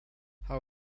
how